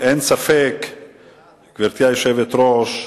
גברתי היושבת-ראש,